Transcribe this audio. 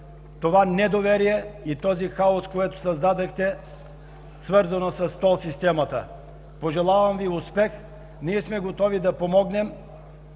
това недоверие и този хаос, който създадохте, свързано с тол системата. Пожелавам Ви успех! Ние сме готови да помогнем